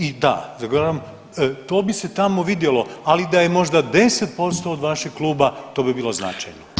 I da zagovoravam, to bi se tamo vidjelo, ali da je možda 10% od vašeg kluba to bi bilo značajno.